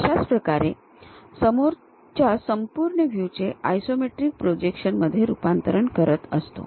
आणि अशाच प्रकारे आपण समोरच्या संपूर्ण व्ह्यू चे आयसोमेट्रिक प्रोजेक्शनमध्ये रूपांतरण करत असतो